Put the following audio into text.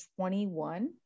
21